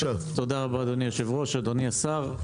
תודה רבה, אדוני היושב-ראש, אדוני השר.